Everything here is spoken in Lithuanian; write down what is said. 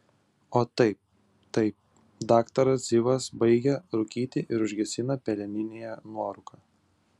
o taip taip daktaras zivas baigė rūkyti ir užgesino peleninėje nuorūką